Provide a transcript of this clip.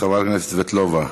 חברת הכנסת סבטלובה,